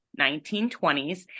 1920s